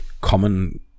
common